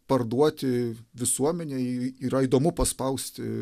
parduoti visuomenei yra įdomu paspausti